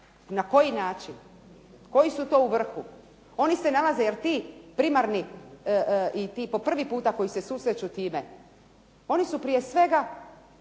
na koji način, koji su to u vrhu. Jer ti primarni i ti po prvi puta koji se susreću time oni su prije svega